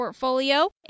portfolio